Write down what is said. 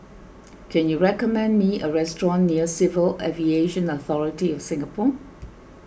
can you recommend me a restaurant near Civil Aviation Authority of Singapore